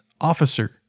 officer